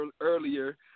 earlier